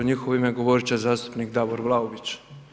U njihovo ime govoriti će zastupnik Davor Vlaović.